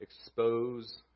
Expose